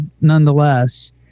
nonetheless